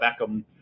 Beckham